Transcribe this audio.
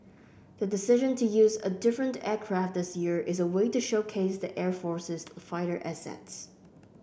the decision to use a different aircraft this year is a way to showcase the air force's fighter assets